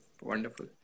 wonderful